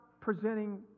presenting